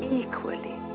equally